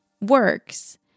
works